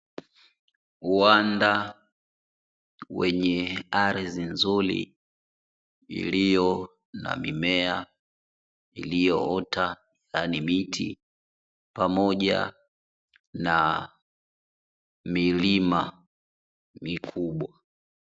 Uwanda wenye ardhi nzuri, iliyo na mimea iliyoota yani miti pamoja na milima mikubwa.